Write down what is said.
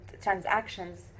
transactions